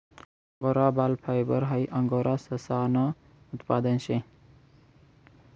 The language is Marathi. अंगोरा बाल फायबर हाई अंगोरा ससानं उत्पादन शे